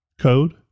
code